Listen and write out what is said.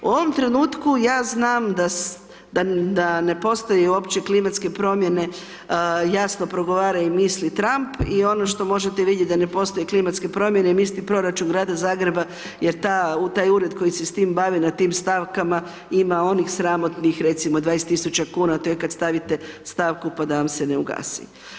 U ovom trenutku, ja znam da ne postoje uopće klimatske promijene, jasno progovara i misli Trump i ono što možete vidjeti da ne postoje klimatske promijene misli i proračun grada Zagreba jer ta, taj ured koji se s tim bavi, na tim stavkama ima onih sramotnih recimo 20000 kuna, to je kad stavite stavku pa da vam se ne ugasi.